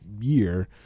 year